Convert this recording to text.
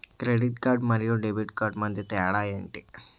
Credit card మరియు debit card మధ్య తేడా ఎంటి?